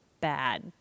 bad